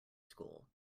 school